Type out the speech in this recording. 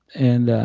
and,